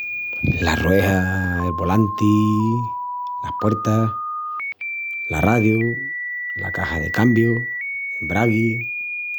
Las rueas, el volanti, las puertas, l’arradiu, la caxa de cambius, l'embragui….